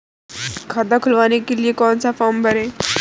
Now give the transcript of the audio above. खाता खुलवाने के लिए कौन सा फॉर्म भरें?